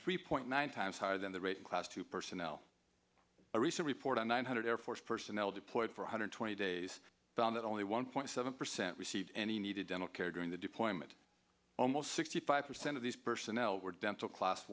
three point nine times higher than the rate class two personnel a recent report on nine hundred air force personnel deployed for one hundred twenty days found that only one point seven percent received any needed dental care during the deployment almost sixty five percent of these personnel were dental class